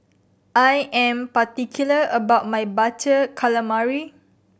I am particular about my Butter Calamari